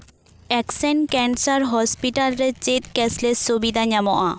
scan cancer hospital ᱪᱮᱫ cashless ᱥᱩᱵᱤᱫᱷᱟ ᱧᱟᱢᱚᱜᱼᱟ